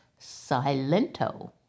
Silento